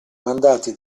mandati